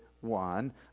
one